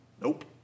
Nope